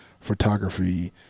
photography